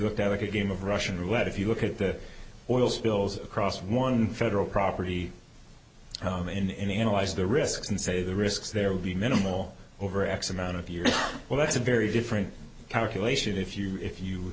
looked at like a game of russian roulette if you look at the oil spills across one federal property and analyze the risks and say the risks there will be minimal over x amount of years well that's a very different calculation if you if you